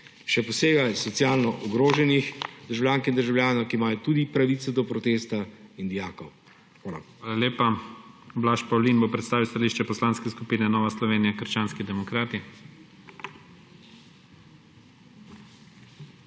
še posebej socialno ogroženih državljank in državljanov, ki imajo tudi pravico do protesta, in dijakov. Hvala. PREDSEDNIK IGOR ZORČIČ: Hvala lepa. Blaž Pavlin bo predstavil stališče Poslanske skupine Nova Slovenija – krščanski demokrati.